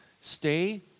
Stay